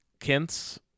kints